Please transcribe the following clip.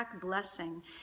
blessing